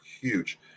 huge